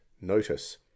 notice